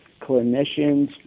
clinicians